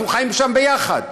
אנחנו חיים שם יחד.